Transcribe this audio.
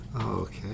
Okay